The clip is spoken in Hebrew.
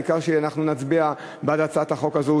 העיקר שאנחנו נצביע בעד הצעת החוק הזו,